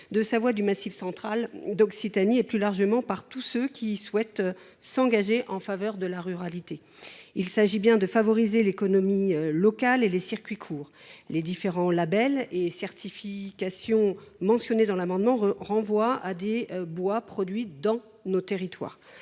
de Savoie, du Massif central, d’Occitanie et, plus largement, par tous ceux qui souhaitent s’engager en faveur de la ruralité. Il s’agit bien de favoriser l’économie locale et les circuits courts. Les différents labels et certifications mentionnés dans le dispositif de l’amendement renvoient à des bois produits dans nos territoires.